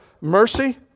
mercy